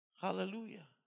Hallelujah